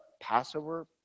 Passover